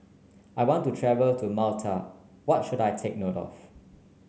I want to travel to Malta what should I take note of